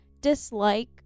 dislike